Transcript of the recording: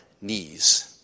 knees